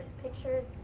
pictures,